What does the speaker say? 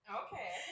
okay